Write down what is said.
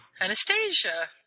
Anastasia